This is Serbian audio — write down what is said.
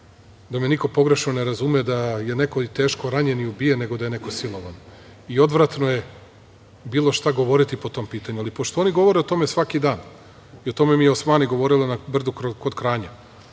da me niko pogrešno ne razume, da je neko i teško ranjen i ubijen nego da je neko silovan. Odvratno je bilo šta govoriti po tom pitanju, ali pošto oni govore o tome svaki dan, i o tome mi je Osmani govorila na Brdu kod Kranja,